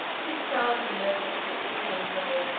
his frowziness of a difficult invalid,